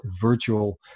virtual